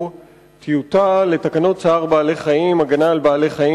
טיוטה לתקנות צער בעלי-חיים (הגנה על בעלי-חיים,